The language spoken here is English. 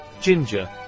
ginger